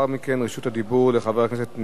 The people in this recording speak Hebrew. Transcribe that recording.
רשות הדיבור לחבר הכנסת ניצן הורוביץ.